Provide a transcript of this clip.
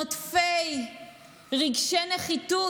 נוטפי רגשי נחיתות,